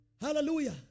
Hallelujah